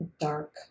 dark